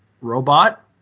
robot